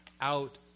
out